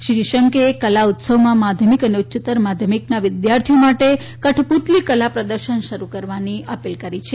doctor નિશંકે કલા ઉત્સવમાં માધ્યમિક અને ઉચ્ચતર માધ્યમિકના વિદ્યાર્થીઓ માટે કઠપુતળી કલા પ્રદર્શન શરૂ કરવાની અપીલ કરી છે